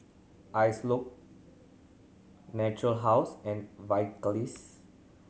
Natura House and Vagisil